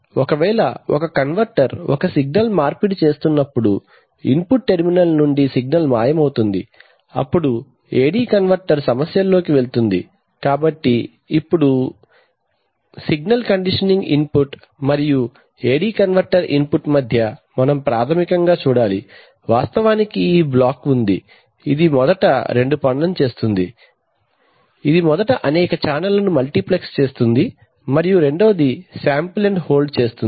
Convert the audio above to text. ఒకవేళ ఒక కన్వర్టర్ ఒక సిగ్నల్ మార్పిడి చేస్తున్నప్పుడు ఇన్పుట్ టెర్మినల్ నుండి సిగ్నల్ మాయమవుతుంది అప్పుడు AD కన్వర్టర్ సమస్యల్లోకి వెళ్తుంది కాబట్టి ఇప్పుడు కాబట్టి సిగ్నల్ కండిషనింగ్ ఇన్పుట్ మరియు AD కన్వర్టర్ ఇన్పుట్ మధ్య మనం ప్రాథమికంగా చూడాలి వాస్తవానికి ఈ బ్లాక్ ఉంది ఇది మొదట రెండు పనులను చేస్తుంది ఇది మొదట అనేక ఛానెళ్లను మల్టీప్లెక్స్ చేస్తుంది మరియు రెండవదిశాంపుల్ అండ్ హోల్డ్ చేస్తుంది